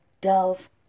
Dove